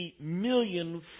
million